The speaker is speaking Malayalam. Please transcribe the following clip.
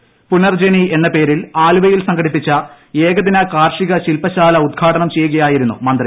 പുനർജ്ജനി എന്ന പേരിൽ ആലുവിയിൽ സംഘടിപ്പിച്ച ഏകദിന കാർഷിക ശില്പശാല ഉദ്ഘാടന്നും ചെയ്യുകയായിരുന്നു മന്ത്രി